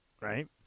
right